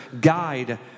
guide